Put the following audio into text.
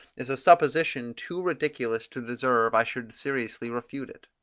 is a supposition too ridiculous to deserve i should seriously refute it.